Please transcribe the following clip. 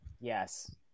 Yes